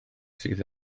sydd